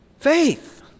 Faith